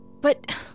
But-